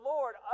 Lord